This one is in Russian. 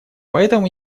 поэтому